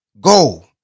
go